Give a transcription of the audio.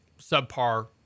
subpar